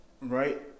right